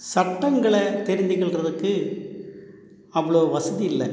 சட்டங்களை தெரிந்துகொள்கிறதுக்கு அவ்ளோ வசதி இல்லை